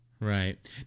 Right